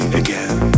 again